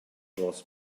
was